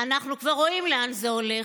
אנחנו כבר רואים לאן זה הולך.